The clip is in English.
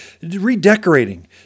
redecorating